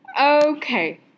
Okay